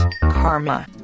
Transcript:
karma